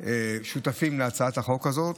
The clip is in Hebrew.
שותפים להצעת החוק הזאת,